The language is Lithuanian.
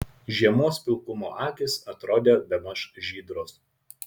žiemos pilkumo akys atrodė bemaž žydros